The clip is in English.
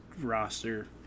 roster